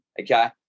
okay